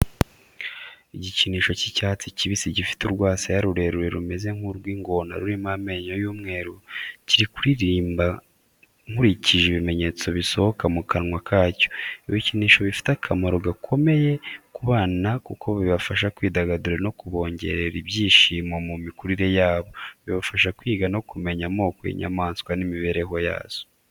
Igikinisho cy'icyatsi kibisi gifite urwasaya rurerure rumeze nk'urw'ingona rurimo amenyo y'umweru. Kiri kuririmba nkurikije ibimenyetso bisohoka mu kanwa kacyo. Ibikinisho bifite akamaro gakomeye ku bana kuko bibafasha kwidagadura no kubongerera ibyishimo mu mikurire yabo. Bibafasha kwiga no kumenya amoko y'inyamaswa n'imibereho yazo.